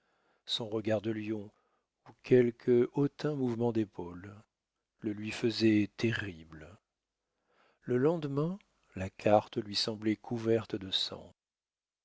son regard de lion ou quelque hautain mouvement d'épaules le lui faisaient terrible le lendemain la carte lui semblait couverte de sang